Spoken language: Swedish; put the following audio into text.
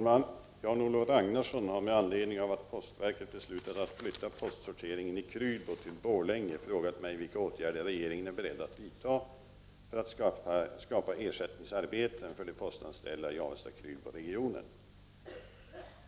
Herr talman! Jan-Olof Ragnarsson har med anledning av att postverket beslutat att flytta postsorteringen i Krylbo till Borlänge frågat mig vilka åtgärder regeringen är beredd att vidta för att skapa ersättningsarbeten för de postanställda i Avesta/Krylbo-regionen.